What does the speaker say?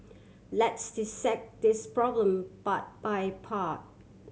let's dissect this problem part by part